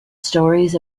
stories